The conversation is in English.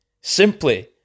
simply